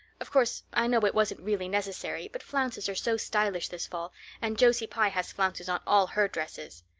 of course i know it wasn't really necessary, but flounces are so stylish this fall and josie pye has flounces on all her dresses.